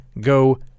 Go